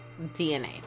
DNA